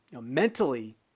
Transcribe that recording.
mentally